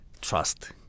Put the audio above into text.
trust